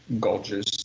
gorgeous